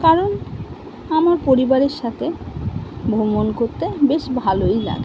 কারণ আমার পরিবারের সাথে ভ্রমণ করতে বেশ ভালোই লাগে